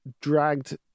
dragged